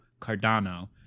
Cardano